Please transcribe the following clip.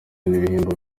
n’ibihembo